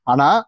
Ana